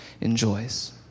enjoys